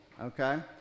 okay